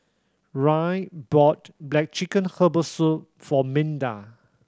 Rae bought black chicken herbal soup for Minda